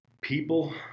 people